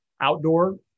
Outdoor